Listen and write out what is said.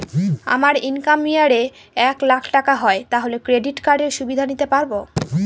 আমার income year এ এক লাক টাকা হয় তাহলে ক্রেডিট কার্ড এর সুবিধা নিতে পারবো?